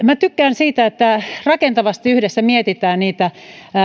minä tykkään siitä että rakentavasti yhdessä mietitään